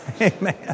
Amen